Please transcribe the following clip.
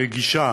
רגישה